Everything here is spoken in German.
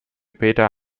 peter